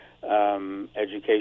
Education